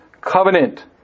covenant